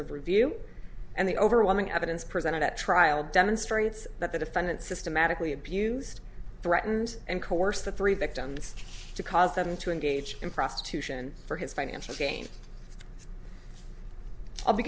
of review and the overwhelming evidence presented at trial demonstrates that the defendant systematically abused threatened and coerced the three victims to cause them to engage in prostitution for his financial gain i'll